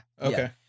Okay